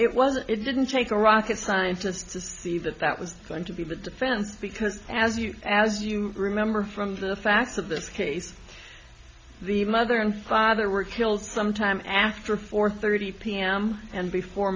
well it didn't take a rocket scientist to see that that was going to be the defense because as you as you remember from the facts of the case the mother and father were killed sometime after four thirty pm and before